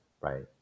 Right